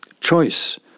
choice